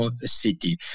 City